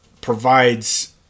provides